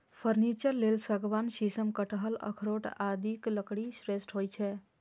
furniture लेल सागवान, शीशम, कटहल, अखरोट आदिक लकड़ी श्रेष्ठ होइ छै